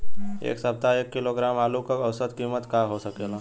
एह सप्ताह एक किलोग्राम आलू क औसत कीमत का हो सकेला?